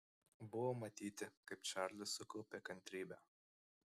buvo matyti kaip čarlis sukaupia kantrybę